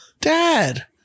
Dad